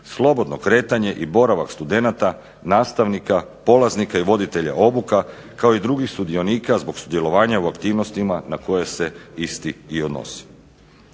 slobodno kretanje i boravak studenata, nastavnika, polaznika i voditelja obuka kao i drugih sudionika zbog sudjelovanja u aktivnostima na koje se isti i odnosi.